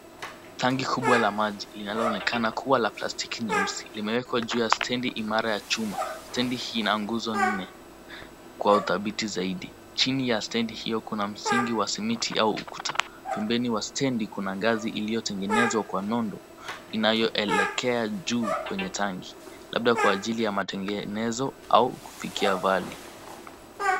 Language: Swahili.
Tangi kubwa la maji, linaloonekana kuwa la plastiki nyeusi, limewekwa juu ya stendi imara ya chuma. Stendi hii, ina nguzo nne kwa udhabiti zaidi. Chini ya stendi hiyo kuna msingi wa simiti au ukuta, pembeni mwa stendi kuna ngazi iliyotengenezwa kwa nondo, inayoelekea juu kwenye tangi labda kwa ajili ya matengenezo au kufikia vali.